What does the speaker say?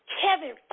Kevin –